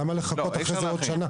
למה לחכות עוד שנה?